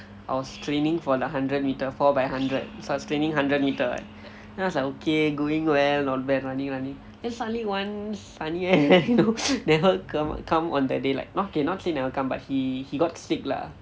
I was training for the hundred meter four by hundred so I was training hundred meter then I was like okay going well not bad running running then suddenly one சனியன்:saniyan never come on that day okay not say never come but he he got sick lah